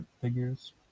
figures